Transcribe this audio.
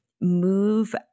move